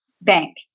bank